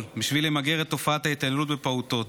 בשביל למגר את תופעת ההתעללות בפעוטות.